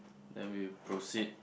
then we proceed